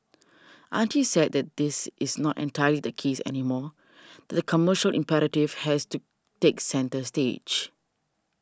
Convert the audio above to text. aren't you sad that that is not entirely the case anymore that the commercial imperative has to take centre stage